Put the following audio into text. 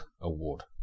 award